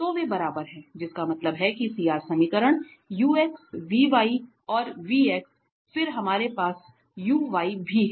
तो वे बराबर हैं जिसका मतलब है कि CR समीकरण 𝑢𝑥 𝑣𝑦 और 𝑣𝑥 फिर हमारे पास 𝑢𝑦 भी है